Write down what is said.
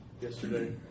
yesterday